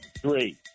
Three